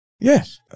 Yes